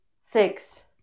six